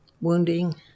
wounding